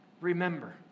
remember